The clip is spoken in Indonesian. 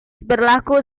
berlaku